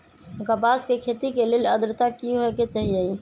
कपास के खेती के लेल अद्रता की होए के चहिऐई?